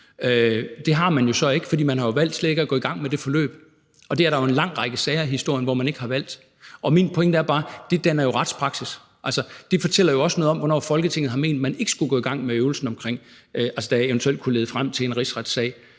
Det har man så ikke, fordi man jo har valgt slet ikke at gå i gang med det forløb. Der er en lang række sager i historien, hvor man ikke har valgt det. Min pointe er bare, at det jo danner retspraksis. Altså, det fortæller jo noget om, hvornår Folketinget har ment, at man ikke skulle gå i gang med øvelsen, der eventuelt kunne lede frem til en rigsretssag.